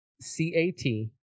c-a-t